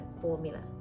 formula